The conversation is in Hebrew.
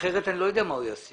אחרת אני לא יודע מה הוא ישים.